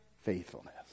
faithfulness